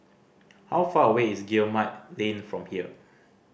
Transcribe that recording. how far away is Guillemard Lane from here